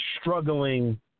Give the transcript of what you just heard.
struggling